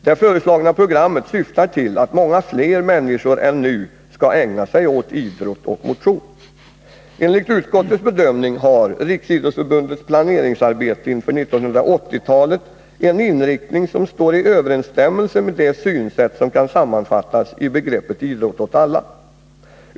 Det föreslagna programmet syftar till att många fler människor än nu skall ägna sig åt idrott och motion. Enligt utskottets bedömning har Riksidrottsförbundets planeringsarbete inför 1980-talet en inriktning som står i överensstämmelse med det synsätt som kan sammanfattas i begreppet ”idrott åt alla”.